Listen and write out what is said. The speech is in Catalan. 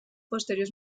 posteriors